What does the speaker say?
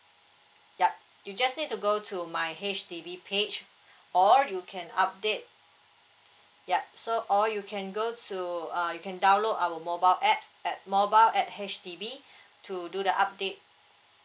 yup you just need to go to my H_D_B page or you can update yup so or you can go to uh you can download our mobile apps at mobile at H_D_B to do the update